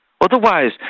Otherwise